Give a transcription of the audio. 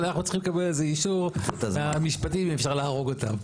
אבל אנחנו צריכים לקבל על זה אישור מהמשפטים אם אפשר להרוג אותם.